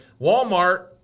Walmart